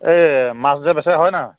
এই মাছ যে বেচে হয় নহয়